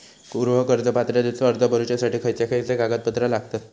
गृह कर्ज पात्रतेचो अर्ज भरुच्यासाठी खयचे खयचे कागदपत्र लागतत?